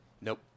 Nope